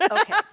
Okay